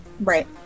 Right